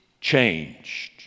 changed